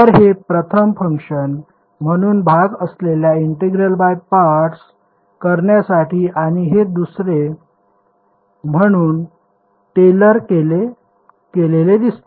तर हे प्रथम फंक्शन म्हणून भाग असलेल्या इंटिग्रेशन बाय पार्टस करण्यासाठी आणि हे दुसरे म्हणून टेलर केलेले दिसते